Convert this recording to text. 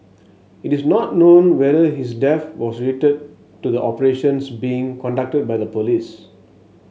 it is not known whether his death was related to the operations being conducted by the police